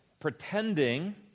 pretending